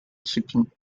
chipping